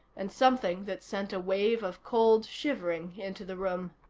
and something that sent a wave of cold shivering into the room.